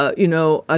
ah you know, ah